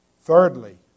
thirdly